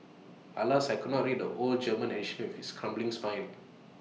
Alas I could not read the old German edition with its crumbling spine